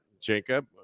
jacob